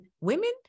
women